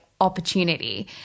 opportunity